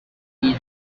giza